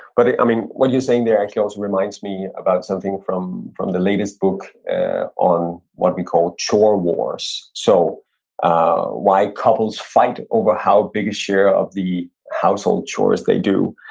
but i mean what you're saying there actually also reminds me about something from from the latest book on what we call chore wars so ah why couples fight over how big a share of the household chores they do.